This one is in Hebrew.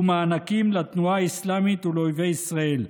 ומענקים לתנועה האסלאמית ולאויבי ישראל.